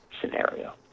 scenario